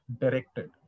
directed